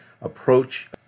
approach